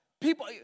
People